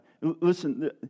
listen